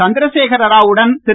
சந்திரசேகர ராவ் உடன் திரு